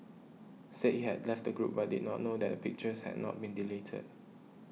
said he had left the group but did not know that the pictures had not been deleted